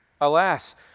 Alas